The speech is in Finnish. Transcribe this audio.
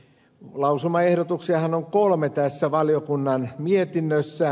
lausumaehdotuksiahan on kolme tässä valiokunnan mietinnössä